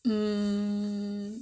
mm